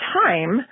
time